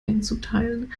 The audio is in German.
einzuteilen